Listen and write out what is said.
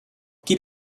keep